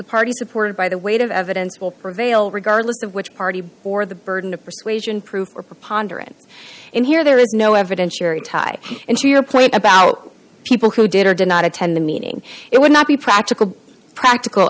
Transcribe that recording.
party supported by the weight of evidence will prevail regardless of which party or the burden of persuasion prove or preponderance in here there is no evidentiary tie in to your point about people who did or did not attend the meeting it would not be practical practical